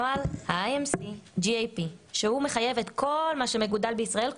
נוהל ה-IMC-GAP שהוא מחייב את כל מה שמגודל בישראל,